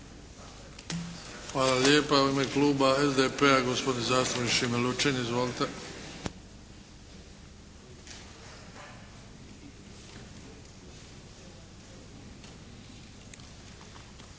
Hvala lijepa. U ime Kluba SDP-a gospodin zastupnik Šime Lučin. Izvolite.